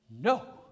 No